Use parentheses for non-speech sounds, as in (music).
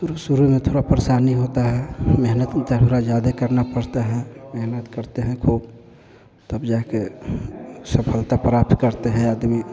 शुरू शुरू में थोड़ा परेशानी होता है मेहनत (unintelligible) ज़्यादा करना पड़ता है मेहनत करते हैं खूब तब जाके सफलता प्राप्त करता है आदमी